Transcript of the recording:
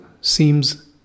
seems